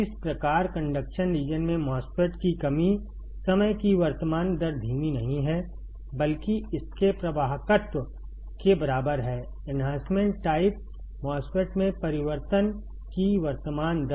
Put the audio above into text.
इस प्रकार conduction region में MOSFET की कमी समय की वर्तमान दर धीमी नहीं है बल्कि इसके प्रवाहकत्त्व के बराबर है एन्हांसमेंट टाइप MOSFET में परिवर्तन की वर्तमान दर